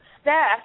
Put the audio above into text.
staff